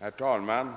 Herr talman!